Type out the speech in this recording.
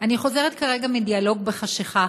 אני חוזרת כרגע מ"דיאלוג בחשכה",